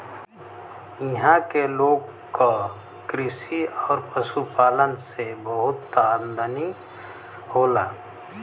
इहां के लोग क कृषि आउर पशुपालन से बहुत आमदनी होला